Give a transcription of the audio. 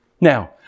Now